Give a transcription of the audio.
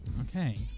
okay